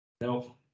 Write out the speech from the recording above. No